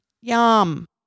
yum